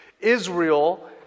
Israel